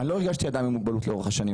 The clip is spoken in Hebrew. ולא הרגשתי אדם עם מוגבלות לאורך כל השנים,